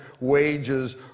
wages